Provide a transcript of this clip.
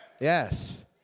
Yes